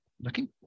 looking